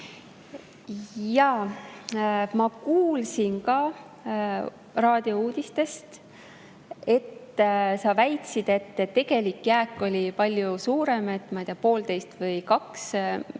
Jaa, ma kuulsin ka raadiouudistest, et sa väitsid, et tegelik jääk oli palju suurem, ma ei tea, 1,5 või 2